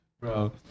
bro